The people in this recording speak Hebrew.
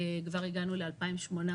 כבר הגענו ל-2,800.